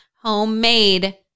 homemade